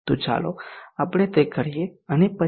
તો ચાલો આપણે તે કરીએ અને પછી NG SPICE પી